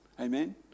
Amen